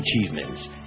achievements